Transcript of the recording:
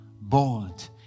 bold